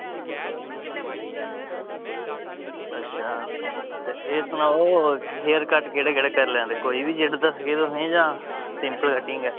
अच्छा ते एह् सनाओ कि हेयर कट केह्ड़ा केह्ड़ा करी लैंदे कोई बी जेह्ड़ा दसगे तुसेंगी जां सिंपल कटिंग गै